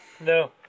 No